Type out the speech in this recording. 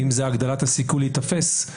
אם זה הגדלת הסיכוי להיתפס,